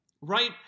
right